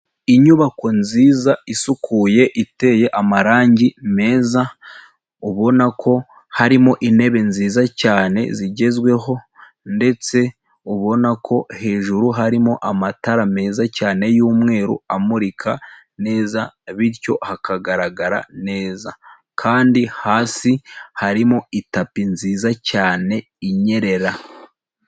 Inyubako nziza isukuye iteye amarangi meza, ubona ko harimo intebe nziza cyane zigezweho ndetse ubona ko hejuru harimo amatara meza cyane y'umweru, amurika neza bityo hakagaragara neza kandi hasi harimo itapi nziza cyane inyerera.